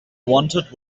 wanted